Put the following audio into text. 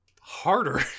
harder